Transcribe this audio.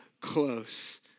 close